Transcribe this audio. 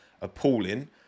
appalling